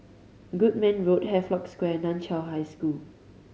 Goodman Road Havelock Square and Nan Chiau High School